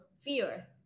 fear